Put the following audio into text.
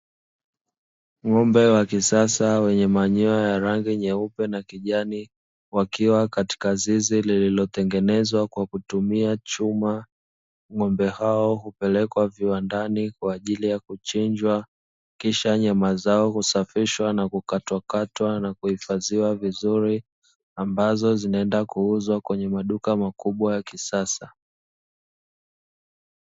Ng'ombe wa kisasa wenye manyoya ya rangi nyeupe na kijani wakiwa katika zizi lililotengenezwa kwa kutumia chuma. Ng'ombe hao hupelekwa viwandani kwa ajili ya kuchinjwa kisha nyama zao husafishwa na kukatwakatwa na kuhifadhiwa vizuri, ambazo zinaenda kuuzwa kwenye maduka makubwa ya kisasa.